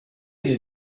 you